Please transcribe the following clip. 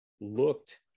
looked